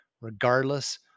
regardless